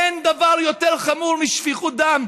אין דבר יותר חמור משפיכות דם.